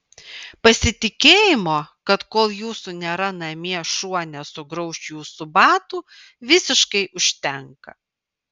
pasitikėjimo kad kol jūsų nėra namie šuo nesugrauš jūsų batų visiškai užtenka